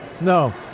No